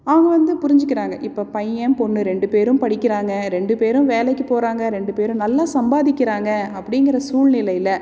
அவங்க வந்து புரிஞ்சிக்கிறாங்க இப்போ பையன் பொண்ணு ரெண்டு பேரும் படிக்கிறாங்க ரெண்டு பேரும் வேலைக்கு போகிறாங்க ரெண்டு பேரும் நல்லா சம்பாதிக்கிறாங்க அப்படிங்கிற சூழ்நிலையில்